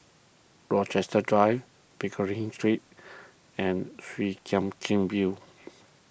Rochester Drive Pickering Street and Chwee Chian View